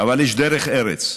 יש דרך ארץ.